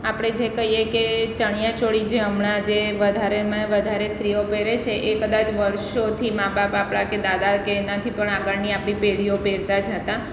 આપણે જે કહીએ કે ચણિયાચોળી જે હમણાં જે વધારેમાં વધારે સ્ત્રીઓ પહેરે છે એ કદાચ વર્ષોથી માબાપ આપણા દાદા કે એનાથી પણ આગળની આપળી પેઢીઓ પહેરતા જ હતા